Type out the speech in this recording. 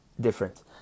different